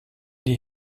die